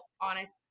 honest